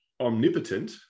omnipotent